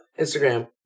Instagram